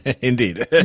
Indeed